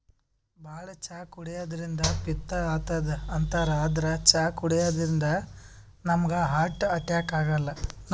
ಭಾಳ್ ಚಾ ಕುಡ್ಯದ್ರಿನ್ದ ಪಿತ್ತ್ ಆತದ್ ಅಂತಾರ್ ಆದ್ರ್ ಚಾ ಕುಡ್ಯದಿಂದ್ ನಮ್ಗ್ ಹಾರ್ಟ್ ಅಟ್ಯಾಕ್ ಆಗಲ್ಲ